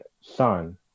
son